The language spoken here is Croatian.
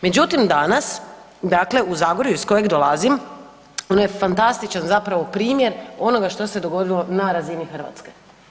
Međutim danas dakle u Zagorju iz kojeg dolazim ono je fantastičan zapravo primjer onoga što se dogodilo na razini Hrvatske.